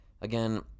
Again